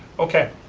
okay,